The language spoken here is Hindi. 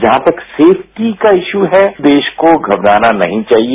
जहां तक सेफ्टी का इश्यू है देश को घबराना नहीं चाहिए